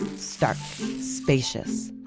and stark, spacious,